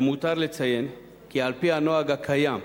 למותר לציין כי על-פי הנוהג הקיים,